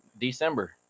December